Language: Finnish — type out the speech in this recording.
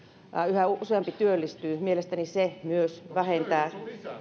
yhä useampi työllistyy mielestäni se myös vähentää